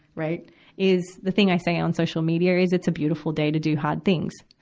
right is, the thing i say on social media is it's a beautiful day to do hard things.